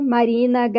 Marina